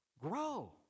grow